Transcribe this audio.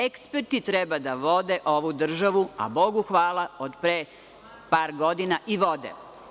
Eksperti treba da vode ovu državu, a Bogu hvala, od pre par godina i vode.